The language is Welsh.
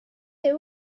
ydy